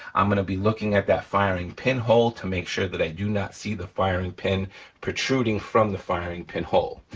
i'm gonna be looking at that firing pin hole to make sure that i do not see the firing pin protruding from the firing pin hole.